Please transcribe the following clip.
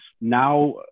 now